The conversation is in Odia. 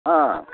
ହଁ